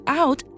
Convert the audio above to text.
out